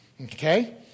Okay